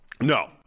No